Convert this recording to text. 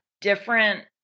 different